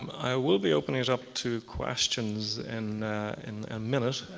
i will be opening it up to questions and in a minute.